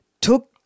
took